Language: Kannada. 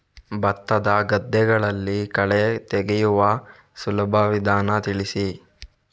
ಭತ್ತದ ಗದ್ದೆಗಳಲ್ಲಿ ಕಳೆ ತೆಗೆಯುವ ಸುಲಭ ವಿಧಾನ ತಿಳಿಸಿ?